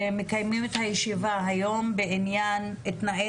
מקיימים את הישיבה היום בעניין תנאי